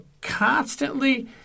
constantly